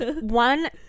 one